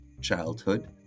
childhood